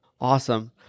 Awesome